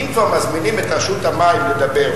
אם כבר מזמינים את רשות המים לדבר,